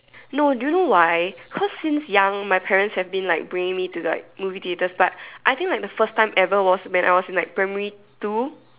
no do you know why cause since young my parents have been like bringing me to like movie theatres but I think like the first time ever was when I was in like primary two